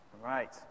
right